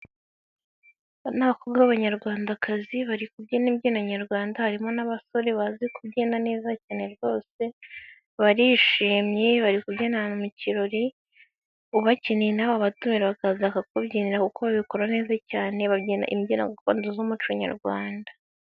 Aba ni akobwa b'abanyarwandakazi, bari kubyina imbyino Nyarwanda harimo n'abasore bazi kubyina neza cyane rwose, barishimye bari kubyina ahantu mu kirori, ubakenye nawe wabatumira bakaza baka kubyinira kuko ba bikora neza cyane, babyina imbyino gakondo z'umuco Nyarwanda.